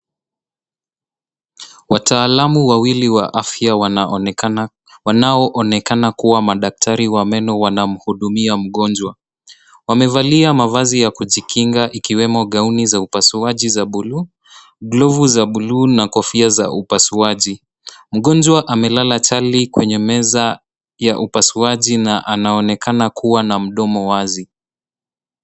Wataalamu wawili wa afya wanaoonekana kuwa madaktari wa meno wanamhudumia mgonjwa. Wamevalia mavazi ya kujikinga ikiwemo gauni za upasuaji za buluu, glovu za buluu na kofia za upasuaji. Mgonjwa amelala chali kwenye meza ya upasuaji na anaonekana kuwa na mdomo wazi.